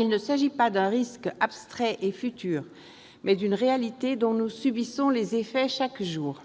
Il s'agit non pas d'un risque abstrait et futur, mais d'une réalité dont nous subissons les effets chaque jour.